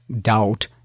doubt